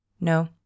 No